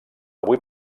avui